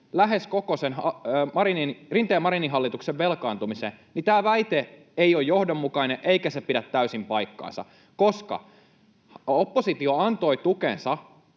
lähes koko sen Rinteen—Marinin hallituksen velkaantumisen. Tämä väite ei ole johdonmukainen, eikä se pidä täysin paikkaansa, koska oppositio antoi tukensa